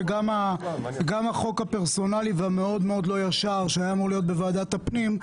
וגם בחוק הפרסונלי והמאוד-מאוד לא ישר שהיה אמור להיות בוועדת הפנים,